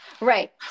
right